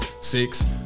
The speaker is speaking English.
six